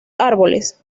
árboles